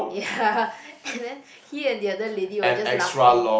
ya and then he and the other lady was just laughing